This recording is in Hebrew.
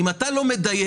אם אתה לא מדייק,